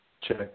Check